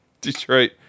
Detroit